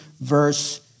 verse